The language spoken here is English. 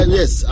yes